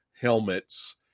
helmets